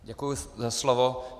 Děkuji za slovo.